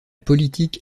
politique